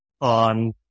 on